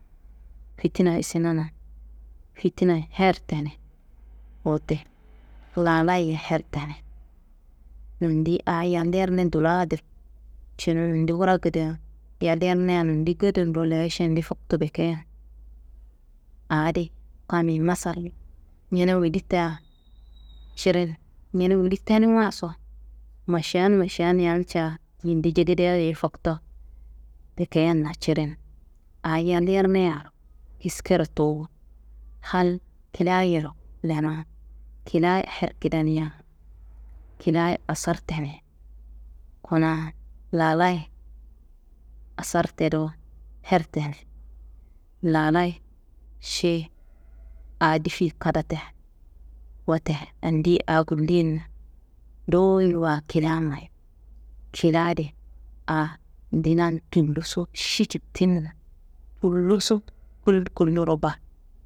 Fitina isinana, fitinayi her tena. Wote lalayi her teni. Nondi aa yal yerne dula di, cunu nondi wura gedea yal yernean nondi gedendo leya šendi fokta bikeya, aa adin kammi masallo ñene wori tea cirin, ñene wori tenuwaso, mašan mašan yalnca minde jegedeyaye fokto bikeyenna cirin, aa yal yerneya kiskero towo, hal kiliayero lenowo, kilia her kidaniya, kiliayi asar teni. Kuna lalayi asar te dowo, her teni, lalayi šiyi aa difi kada te. Wote andiyi aa gulluyenna nduwuyi wayi kilia mayi, kilia di, aa dinan tulloso ši cittinna tulloso kul kulloro baa.